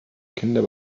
kinder